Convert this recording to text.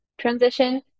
transition